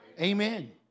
Amen